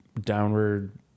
downward